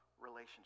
relationship